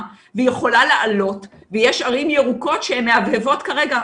והיא יכולה לעלות ויש ערים ירוקות שמהבהבות כרגע,